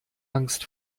angst